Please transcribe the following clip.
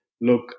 look